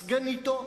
סגניתו,